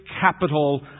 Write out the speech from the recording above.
capital